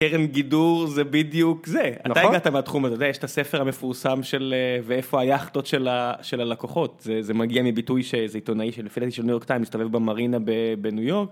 קרן גידור זה בדיוק זה, אתה הגעת בתחום הזה, יש את הספר המפורסם של ואיפה היאכטות של הלקוחות, זה זה מגיע מביטוי שאיזה עיתונאי של לפי דעתי של ניו יורק טיים, מסתובב במרינה בניו יורק.